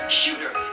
shooter